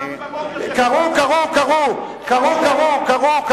נו, אלקין, תריץ ארבע קריאות ביום.